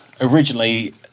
originally